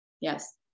Yes